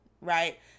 right